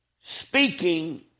speaking